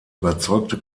überzeugte